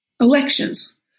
elections